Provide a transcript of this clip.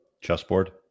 Chessboard